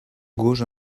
gos